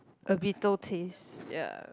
a bitter taste ya